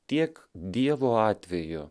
tiek dievo atveju